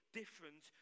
different